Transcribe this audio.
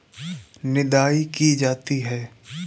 निदाई की जाती है?